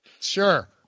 Sure